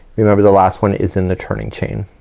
remember the last one is in the turning chain.